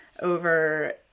over